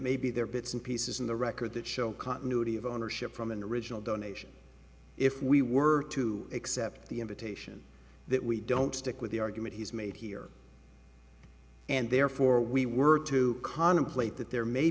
maybe there are bits and pieces in the record that show continuity of ownership from an original donation if we were to accept the invitation that we don't stick with the argument he's made here and therefore we were to contemplate that there may